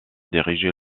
diriger